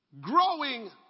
growing